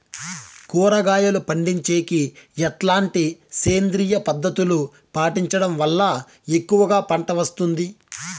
కూరగాయలు పండించేకి ఎట్లాంటి సేంద్రియ పద్ధతులు పాటించడం వల్ల ఎక్కువగా పంట వస్తుంది?